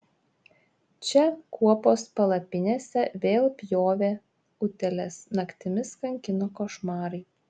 čia kuopos palapinėse vėl pjovė utėlės naktimis kankino košmarai